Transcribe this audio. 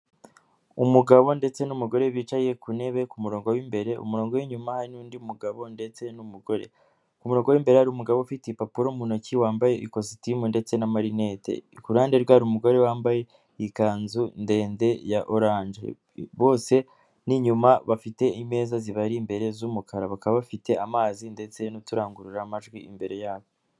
Umugabo ndetse n'umugore bicaye ku ntebe ku murongo w'imbere, umurongo w'inyuma hari n'undi mugabo ndetse n'umugore, ku murongo w'imberebere hari umugabo ufite ibipapuro mu ntoki wambaye ikositimu ndetse na marineti, ku ruhande rwe hari umugore wambaye ikanzu ndende ya oranje, bose n'inyuma bafite imeza zibari imbere z'umukara, bakaba bafite amazi ndetse n'uturangururamajwi imbere yabo.